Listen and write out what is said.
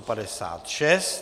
56.